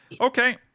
Okay